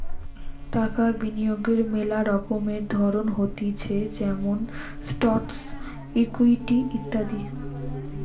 টাকা বিনিয়োগের মেলা রকমের ধরণ হতিছে যেমন স্টকস, ইকুইটি ইত্যাদি